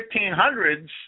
1500s